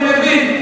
אני מבין.